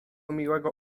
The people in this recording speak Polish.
miłego